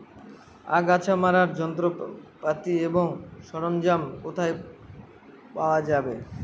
আগাছা মারার যন্ত্রপাতি ও সরঞ্জাম কোথায় পাওয়া যাবে?